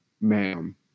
ma'am